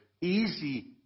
Easy